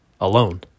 alone